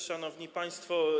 Szanowni Państwo!